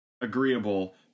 agreeable